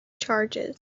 charges